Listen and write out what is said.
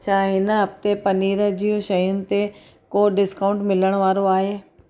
छा हिन हफ़्ते में पनीर जी शयुनि ते को डिस्काऊंट मिलण वारो आहे